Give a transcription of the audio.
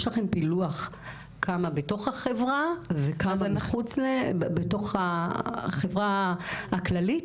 יש לכם פילוח כמה בתוך החברה וכמה בתוך החברה הכללית.